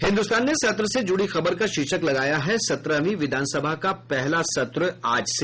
हिन्दुस्तान ने सत्र से जुड़ी खबर का शीर्षक लगाया है सत्रहवीं विधानसभा का पहला सत्र आज से